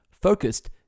Focused